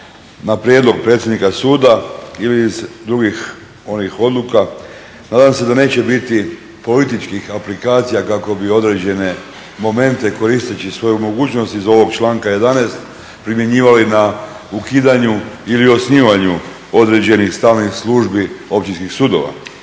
na prijedlog predsjednika suda ili iz drugih onih odluka. Nadam se da neće biti političkih aplikacija kako bi određene momente koristeći svoju mogućnost iz ovog članka 11. primjenjivali na ukidanju ili osnivanju određenih stalnih službi općinskih sudova.